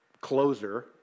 closer